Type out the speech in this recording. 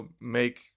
make